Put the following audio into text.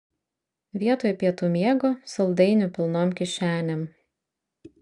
vietoj pietų miego saldainių pilnom kišenėm